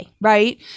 right